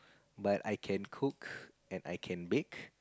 but I can cook and I can bake